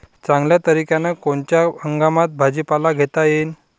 चांगल्या तरीक्यानं कोनच्या हंगामात भाजीपाला घेता येईन?